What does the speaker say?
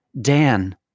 Dan